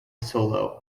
solo